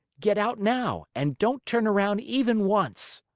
get out now, and don't turn around even once.